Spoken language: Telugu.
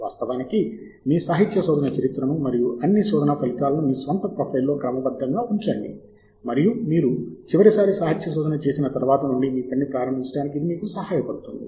వాస్తవానికి మీ సాహిత్య శోధన చరిత్రను మరియు అన్ని శోధన ఫలితాలను మీ స్వంత ప్రొఫైల్లో క్రమబద్ధంగా ఉంచండి మరియు మీరు చివరిసారి సాహిత్య శోధన చేసిన తరువాత నుండి మీ పనిని ప్రారంభించడానికి ఇది మీకు సహాయపడుతుంది